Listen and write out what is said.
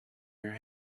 your